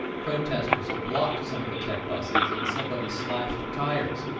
protesters have blocked some of the tech buses and somebody slashed tires.